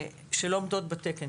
שלא עומדות בתקן,